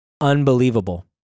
Unbelievable